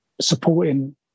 supporting